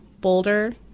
Boulder